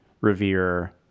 Revere